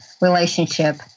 relationship